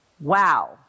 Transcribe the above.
Wow